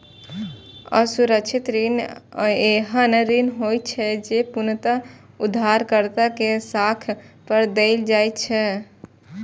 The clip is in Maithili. असुरक्षित ऋण एहन ऋण होइ छै, जे पूर्णतः उधारकर्ता के साख पर देल जाइ छै